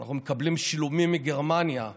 אנחנו מקבלים שילומים מגרמניה.